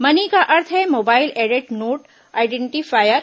money का अर्थ है मोबाइल एडेड नोट आइडेंटीफायर